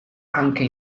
anche